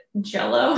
jello